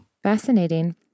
Fascinating